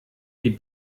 die